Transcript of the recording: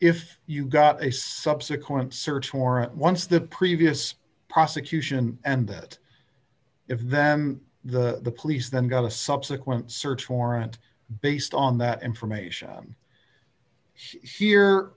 if you got a subsequent search warrant once the previous prosecution and that if them the police then got a subsequent search warrant based on that information she